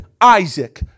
Isaac